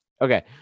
Okay